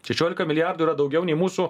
šešiolika milijardų yra daugiau nei mūsų